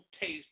taste